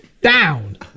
down